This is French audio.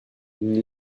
une